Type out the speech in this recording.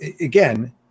again